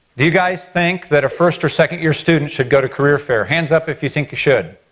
do you guys think that a first or second year student should go to career fair? hands up if you think you should.